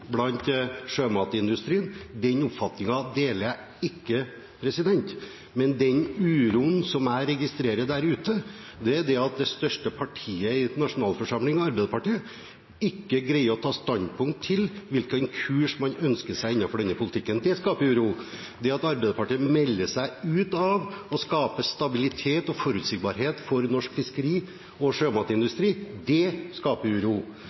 sjømatindustrien – det er en oppfatning jeg ikke deler. Men jeg registrerer en uro der ute på grunn av at det største partiet i nasjonalforsamlingen, Arbeiderpartiet, ikke greier å ta standpunkt til hvilken kurs man ønsker innen denne politikken. Det skaper uro. Det at Arbeiderpartiet melder seg ut av å skape stabilitet og forutsigbarhet for norsk fiskeri- og sjømatindustri – det skaper uro.